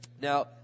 Now